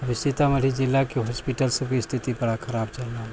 सीतामढ़ी जिलाके हॉस्पिटलसभक स्थिति बड़ा खराब चलि रहल अछि